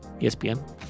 ESPN